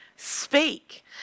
Speak